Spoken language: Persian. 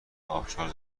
آبشار